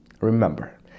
Remember